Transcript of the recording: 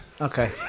Okay